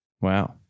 Wow